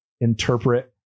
interpret